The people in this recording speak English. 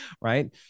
right